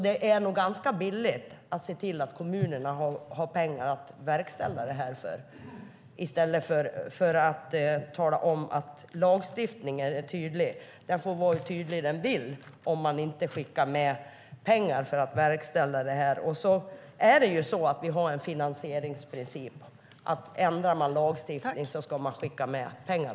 Det är nog ganska billigt att se till att kommunerna har pengar att verkställa det här i stället för att man bara talar om att lagstiftningen är tydlig. Den får vara hur tydlig den vill, men det hjälper inte om man inte skickar med pengar. Vi har ju finansieringsprincipen att om man ändrar lagstiftning ska man skicka med pengar.